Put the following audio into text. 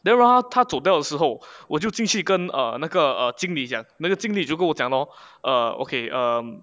then 然后他走掉的时候我就进去跟那个 err 经理讲那个经理就跟我讲 lor um okay um